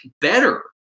better